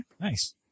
nice